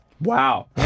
Wow